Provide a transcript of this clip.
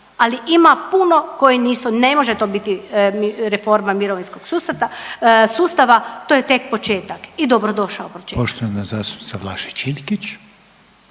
ali ima puno koje nisu, ne može to biti reforma mirovinskog sustava. To je tek početak i dobrodošao početak. **Reiner, Željko